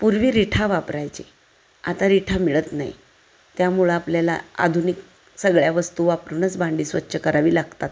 पूर्वी रिठा वापरायचे आता रिठा मिळत नाही त्यामुळं आपल्याला आधुनिक सगळ्या वस्तू वापरूनच भांडी स्वच्छ करावी लागतात